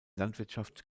landwirtschaft